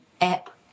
app